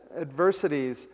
adversities